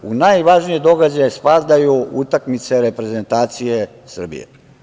U najvažnije događaje spadaju utakmice reprezentacije Srbije.